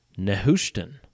Nehushtan